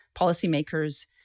policymakers